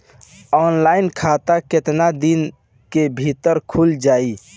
Offline खाता केतना दिन के भीतर खुल जाई?